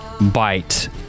bite